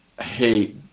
hey